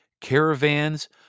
Caravans